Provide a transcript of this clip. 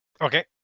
okay